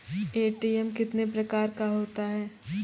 ATM कितने प्रकार का होता हैं?